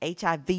HIV